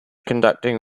conducting